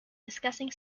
discussing